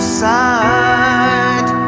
side